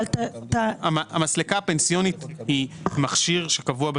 המסלקה הפנסיונית היא מכשיר שקבוע,